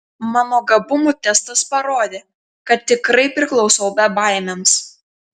mano gabumų testas parodė kad tikrai priklausau bebaimiams